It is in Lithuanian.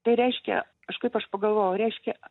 tai reiškia aš kaip aš pagalvojau reiškia